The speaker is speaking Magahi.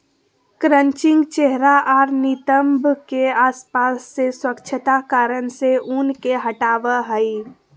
क्रचिंग चेहरा आर नितंब के आसपास से स्वच्छता कारण से ऊन के हटावय हइ